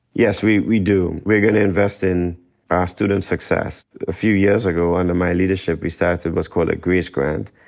yes, we we do. we're gonna invest in our students' success. a few years ago under my leadership, we started what's called a grace grant,